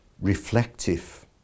reflective